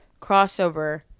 crossover